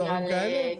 דברים כאלה?